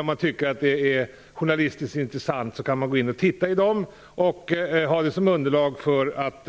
Om man tycker att det är journalistiskt intressant kan man gå in och titta i dem och ha dem som underlag för att